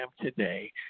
today